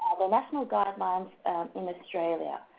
the national guidelines in australia.